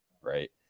Right